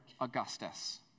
Augustus